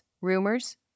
rumors